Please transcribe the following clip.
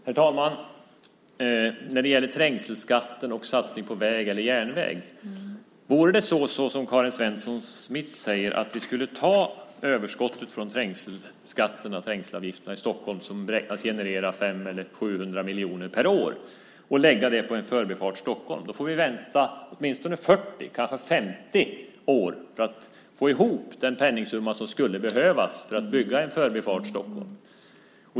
Herr talman! När det gäller trängselskatten och satsning på väg eller järnväg vill jag säga att vore det så som Karin Svensson Smith säger att vi skulle ta överskottet från trängselavgifterna i Stockholm, som beräknas till 500 eller 700 miljoner per år, och lägga det på Förbifart Stockholm får vi vänta åtminstone 40, kanske 50 år för att få ihop den penningsumma som skulle behövas för att bygga Förbifart Stockholm.